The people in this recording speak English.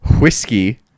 whiskey